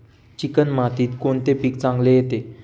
Chicken मातीत कोणते पीक चांगले येते?